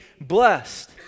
blessed